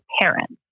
parents